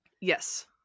Yes